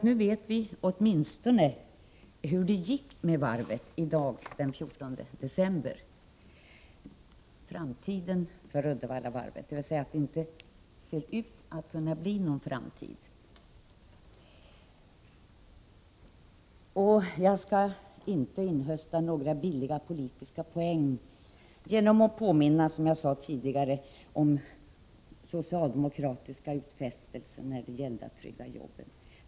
Nu vet vi åtminstone —i dag den 14 december — hur det gick med Uddevallavarvets framtid. Det ser inte ut att kunna bli någon framtid. Jag ämnar inte inhösta några billiga politiska poäng genom att påminna om socialdemokratiska utfästelser när det gällde att trygga jobben.